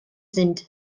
sind